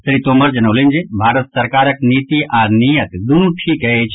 श्री तोमर जनौलनि जे भारत सरकारक नीति आओर नीयत दूनु ठीक अछि